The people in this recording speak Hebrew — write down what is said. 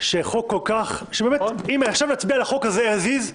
שחוק כזה, שאם עכשיו היינו מצביעים עליו AS IS,